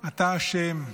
אתה אשם.